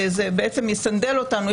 וזה בעצם יסנדל אותנו,